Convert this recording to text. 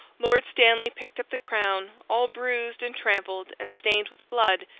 lord stanley picked up the crown, all bruised and trampled, and stained with blood,